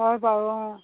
হয় বাৰু অঁ